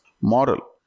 Moral